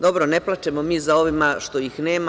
Dobro, ne plačemo mi za ovima što ih nema.